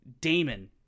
Damon